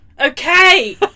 Okay